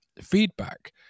feedback